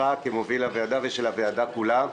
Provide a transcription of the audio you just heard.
כמוביל הוועדה ושל הוועדה כולה,